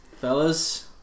fellas